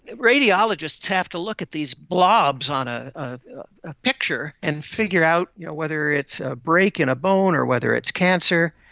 radiologists have to look at these blobs on a ah a picture and figure out you know whether it's a break in a bone or whether it's cancer.